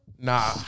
Nah